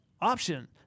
option